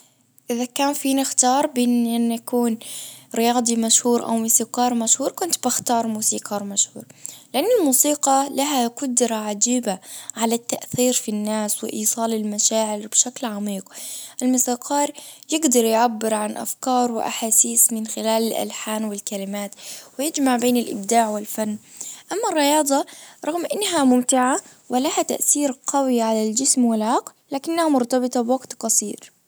اذا كان فيني اختار بين اني اكون رياضي مشهور او موسيقار مشهور كنت بختار موسيقار مشهور لان الموسيقى لها قدرة عجيبة على التأثير في الناس وايصال المشاعر بشكل عميق الموسيقار يجدر يعبر عن افكار واحاسيس من خلال الالحان والكلمات ويجمع ما بين الابداع والفن اما الرياضة رغم انها ممتعة ولها تأثير قوي على الجسم والعقل لكنه مرتبطة بوقت قصير.